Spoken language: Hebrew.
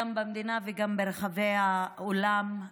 גם במדינה וגם ברחבי העולם,